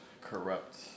corrupt